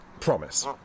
Promise